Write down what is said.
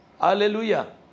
Hallelujah